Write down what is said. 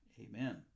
amen